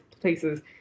places